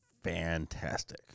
fantastic